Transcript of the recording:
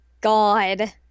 God